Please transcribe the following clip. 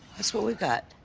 that's what we've got.